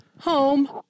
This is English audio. home